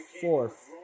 fourth